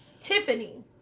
Tiffany